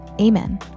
Amen